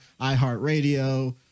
iHeartRadio